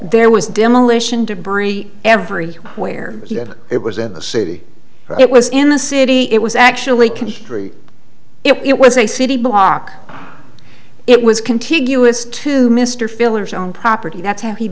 there was demolition debris everywhere it was in the city it was in the city it was actually construed it was a city block it was contiguous to mr fillers own property that's how he